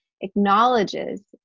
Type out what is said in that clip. acknowledges